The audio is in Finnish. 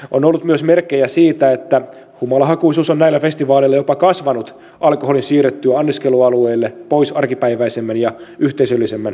on ollut myös merkkejä siitä että humalahakuisuus on näillä festivaaleilla jopa kasvanut alkoholin siirryttyä anniskelualueelle pois arkipäiväisemmän ja yhteisöllisemmän piknikhengen ääreltä